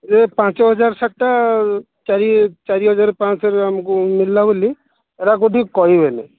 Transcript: ଯେ ପାଞ୍ଚ ହଜାର ଶାଢ଼ୀଟା ଚାରି ଚାରି ହଜାର ପାଞ୍ଚ ଶହ ଭିତରେ ଆମକୁ ମିଳିଲା ବୋଲି ଏରା କେଉଁଠି କହିବେନି